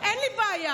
אין לי בעיה.